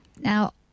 Now